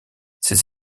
ces